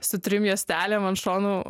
su trim juostelėm ant šonų